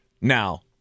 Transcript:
Now